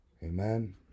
amen